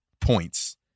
points